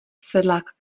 sedlák